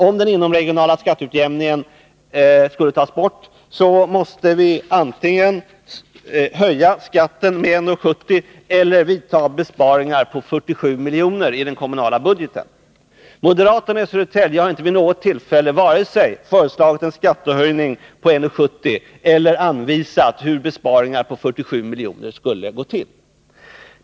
Om den inomregionala skatteutjämningen skulle tas bort, måste vi antingen höja skatten med 1:70 kr. eller genomföra Nr 28 besparingar på 47 milj.kr. i den kommunala budgeten. Moderaterna i Södertälje har inte vid något tillfälle vare sig föreslagit en skattehöjning på 1:70 eller anvisat hur besparingar på 47 milj.kr. skulle gå till.